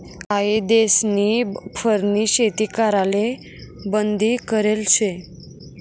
काही देशस्नी फरनी शेती कराले बंदी करेल शे